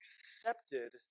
accepted